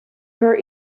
her